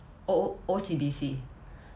O O O_C_B_C